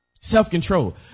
Self-control